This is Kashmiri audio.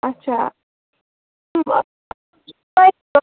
اَچھا